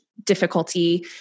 Difficulty